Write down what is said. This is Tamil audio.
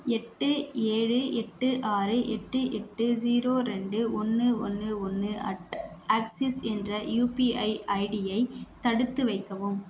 எட்டு ஏழு எட்டு ஆறு எட்டு எட்டு ஸீரோ ரெண்டு ஒன்று ஒன்று ஒன்று அட் ஆக்சிஸ் என்ற யுபிஐ ஐடியை தடுத்து வைக்கவும்